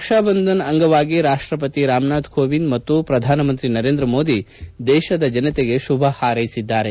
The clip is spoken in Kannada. ರಕ್ಷಾಬಂಧನ್ ಅಂಗವಾಗಿ ರಾಷ್ಟಪತಿ ರಾಮನಾಥ್ ಕೋವಿಂದ್ ಮತ್ತು ಪ್ರಧಾನ ಮಂತ್ರಿ ನರೇಂದ್ರ ಮೋದಿ ದೇಶದ ಜನತೆಗೆ ಶುಭ ಹಾರೈಸಿದ್ದಾರೆ